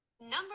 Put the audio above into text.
Number